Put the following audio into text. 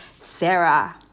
sarah